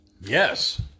Yes